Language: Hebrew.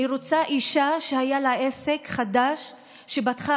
אני רוצה אישה שהיה לה עסק חדש שפתחה